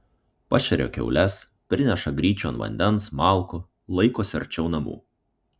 pašeria kiaules prineša gryčion vandens malkų laikosi arčiau namų